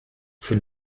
für